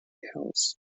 hills